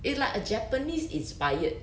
it's like a japanese inspired